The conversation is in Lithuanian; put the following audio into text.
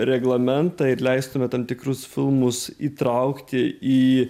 reglamentą ir leistume tam tikrus filmus įtraukti į